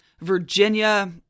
Virginia